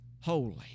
holy